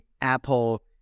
Apple